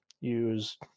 use